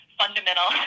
fundamental